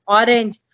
orange